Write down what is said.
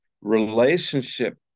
relationship